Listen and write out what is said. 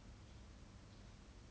uh ya like right now lor